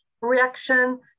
reaction